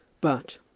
But